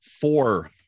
four